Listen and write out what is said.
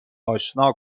آشنا